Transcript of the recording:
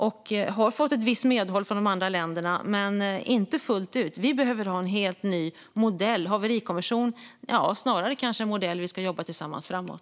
Jag har fått visst medhåll från de andra länderna, men inte fullt ut. Vi behöver en helt ny modell. Behövs en haverikommission? Det behövs kanske snarare en modell för hur vi ska jobba tillsammans framåt.